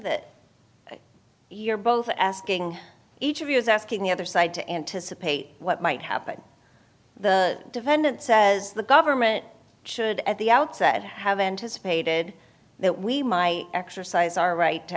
that you're both asking each of you is asking the other side to anticipate what might happen the defendant says the government should at the outset have anticipated that we my exercise our right to